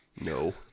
No